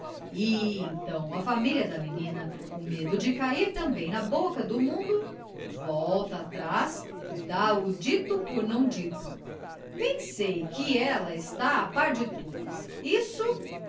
e então a família da menina com medo de cair também na boca do mundo volta atrás e dá o dito por não dito bem sei que ela está a par de tudo isso